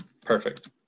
perfect